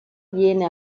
viene